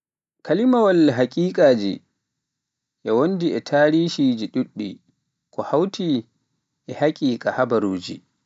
Kalimawaal hakiikaaji, e wondi e tarishiji ɗuɗɗi, ko hawti e hakiika habaaruji.